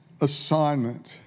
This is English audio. assignment